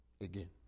again